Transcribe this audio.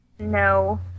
No